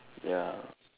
ya